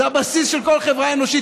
זה הבסיס של כל חברה אנושית.